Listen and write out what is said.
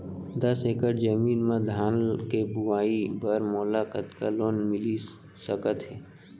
दस एकड़ जमीन मा धान के बुआई बर मोला कतका लोन मिलिस सकत हे?